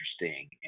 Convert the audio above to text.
interesting